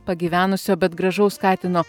pagyvenusio bet gražaus katino